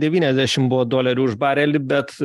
devyniasdešim buvo dolerių už barelį bet